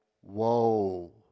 whoa